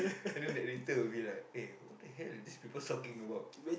and then that later will be like eh what the hell are these people talking about